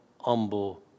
humble